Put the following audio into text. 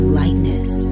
lightness